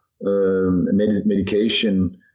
medication